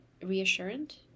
reassurance